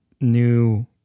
new